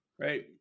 right